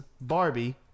Barbie